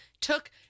took